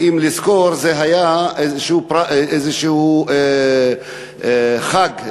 ואם לזכור, זה היה איזשהו חג למוסלמים,